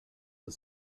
the